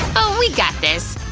oh, we got this.